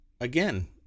again